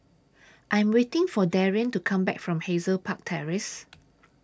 I Am waiting For Darrian to Come Back from Hazel Park Terrace